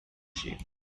shape